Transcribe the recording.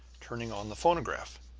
turning on the phonograph.